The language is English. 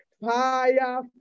fire